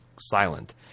silent